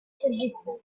servizio